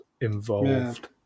involved